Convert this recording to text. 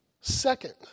second